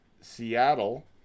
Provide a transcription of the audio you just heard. Seattle